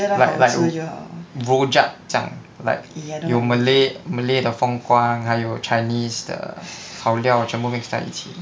like like rojak 这样 like 有 malay malay 的风光还有 chinese 的好料全部 mix 在一起